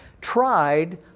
tried